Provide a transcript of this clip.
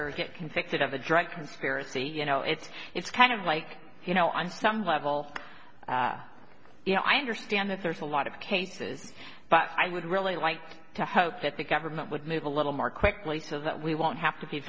her get convicted of a drug conspiracy you know it's it's kind of like you know on some level you know i understand that there's a lot of cases but i would really like to hope that the government would move a little more quickly so that we won't have to